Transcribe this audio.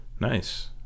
Nice